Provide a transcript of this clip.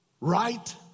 right